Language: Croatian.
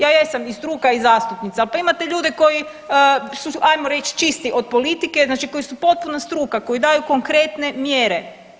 Ja jesam i struka i zastupnica al imate ljude koji su ajmo reći čisti od politike znači koji su potpuna struka, koji daju konkretne mjere.